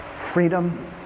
freedom